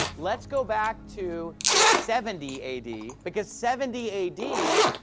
let's go back to seventy a d. because seventy a d.